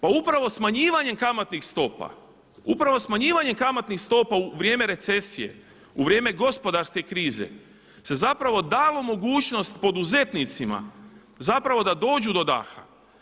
Pa upravo smanjivanjem kamatnih stopa, upravo smanjivanjem kamatnih stopa u vrijeme recesije, u vrijeme gospodarske krize se zapravo dalo mogućnost poduzetnicima zapravo da dođu do daha.